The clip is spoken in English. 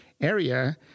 area